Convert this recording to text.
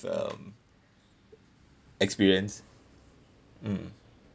um experience mm